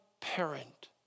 parent